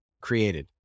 created